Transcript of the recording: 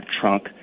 trunk